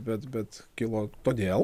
bet bet kilo todėl